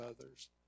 others